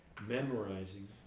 memorizing